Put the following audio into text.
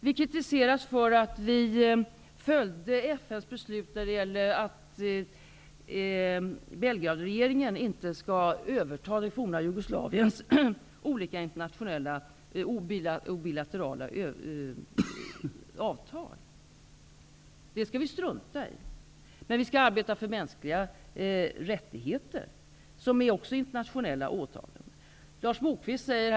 Vi kritiseras för att vi följde FN:s beslut om att Belgradregeringen inte skulle överta det forna Jugoslaviens olika internationella och bilaterala avtal. Det skall vi strunta i sägs det, men mänskliga rättigheter, som också är internationella åtaganden, skall vi arbeta för.